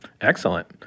Excellent